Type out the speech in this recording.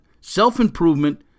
self-improvement